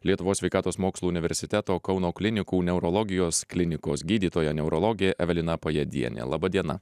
lietuvos sveikatos mokslų universiteto kauno klinikų neurologijos klinikos gydytoja neurologė evelina pajedienė laba diena